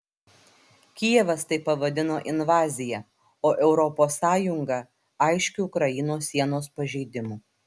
kijevas tai pavadino invazija o europos sąjunga aiškiu ukrainos sienos pažeidimu